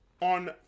On